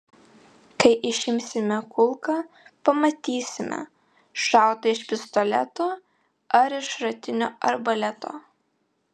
kai išimsime kulką pamatysime šauta iš pistoleto ar iš šratinio arbaleto